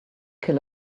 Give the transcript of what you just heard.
kill